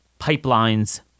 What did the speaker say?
pipelines